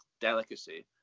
delicacy